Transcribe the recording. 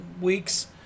weeks